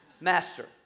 Master